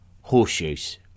horseshoes